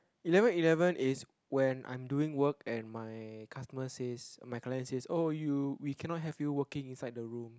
eleven eleven is when I am doing work and my customer says my client says oh you we cannot have you working inside the room